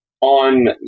on